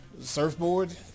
Surfboard